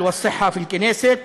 מ-20 מדינות